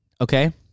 Okay